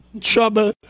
trouble